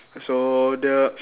so the